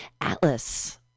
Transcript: Atlas